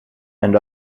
and